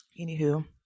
Anywho